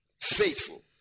faithful